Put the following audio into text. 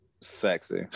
Sexy